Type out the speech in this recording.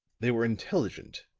they were intelligent,